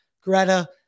Greta